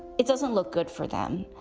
it doesn't look good for them.